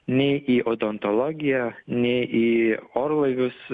nei į odontologiją nei į orlaivius